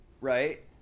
right